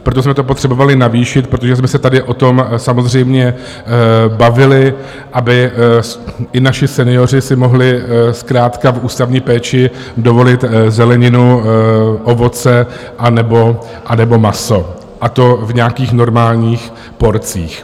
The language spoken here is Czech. Proto jsme to potřebovali navýšit, protože jsme se tady o tom samozřejmě bavili, aby si i naši senioři mohli zkrátka v ústavní péči dovolit zeleninu, ovoce anebo maso, a to v nějakých normálních porcích.